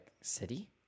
city